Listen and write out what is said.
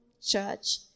church